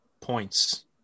points